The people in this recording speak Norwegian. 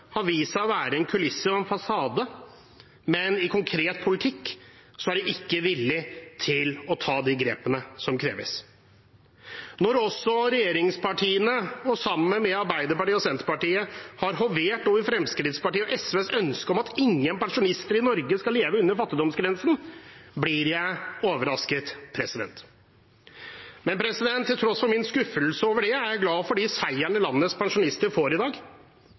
har vist seg å være en kulisse og en fasade. I konkret politikk er de ikke villig til å ta de grepene som kreves. Når også regjeringspartiene sammen med Arbeiderpartiet og Senterpartiet har hovert over Fremskrittspartiet og SVs ønske om at ingen pensjonister i Norge skal leve under fattigdomsgrensen, blir jeg overrasket. Men til tross for min skuffelse over det er jeg glad for de seirene landets pensjonister får i dag.